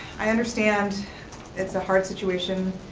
i understand it's a hard situation.